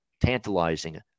tantalizing